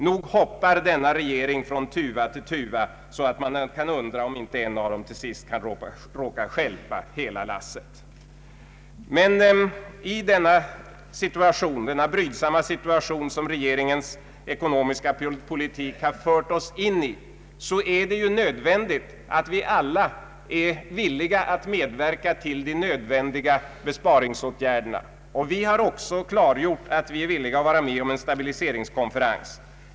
Nog hoppar denna regering från tuva till tuva så att man kan undra, om inte en av tuvorna till sist skall råka stjälpa hela lasset. Men i denna brydsamma situation, som regeringens ekonomiska politik har fört oss in i, är det nödvändigt att vi alla är villiga att medverka till de nödvändiga besparingsåtgärderna, och vi har också klargjort att vi vill delta i en stabiliseringskonferens.